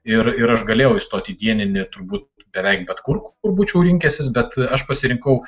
ir ir aš galėjau įstoti į dieninį turbūt beveik bet kur kur būčiau rinkęsis bet aš pasirinkau